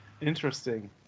interesting